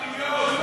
בשורת איוב.